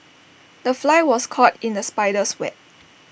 the fly was caught in the spider's web